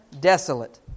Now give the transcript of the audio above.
desolate